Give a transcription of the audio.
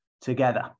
together